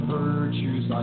virtues